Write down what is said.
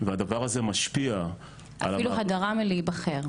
והדבר הזה משפיע על --- אפילו על הדרה מלהיבחר.